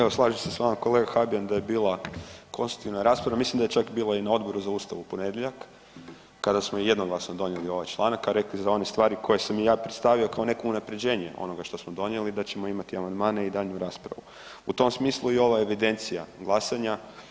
Evo slažem se s vama kolega Habijan da je bila konstruktivna rasprava, mislim da je čak bilo i na Odboru za Ustav u ponedjeljak kada smo jednoglasno donijeli ovaj članak a rekli za one stvari koje sam ja predstavio kao neko unaprjeđenje onoga što smo donijeli da ćemo imati amandmane i daljnju raspravu. u tom smislu i ova evidencija glasanja.